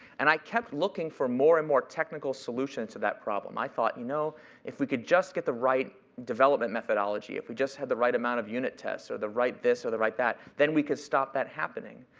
and i kept looking for more and more technical solutions to that problem. i thought, you know if we could just get the right development methodology, if we just had the right amount of unit tests or the right this or the right that, then we could stop that happening.